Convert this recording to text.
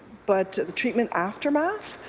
but the treatment aftermath,